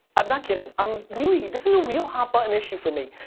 i'm not kidding. i'm really, this is a real hot button issue for me.